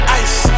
ice